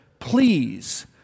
Please